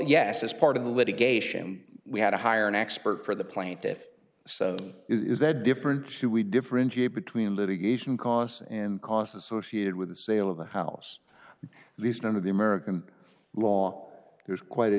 yes as part of the litigation we had to hire an expert for the plaintiff is that different to we differentiate between litigation costs and costs associated with the sale of the house at least one of the american law there's quite a